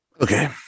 Okay